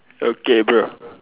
okay bro